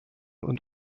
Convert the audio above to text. und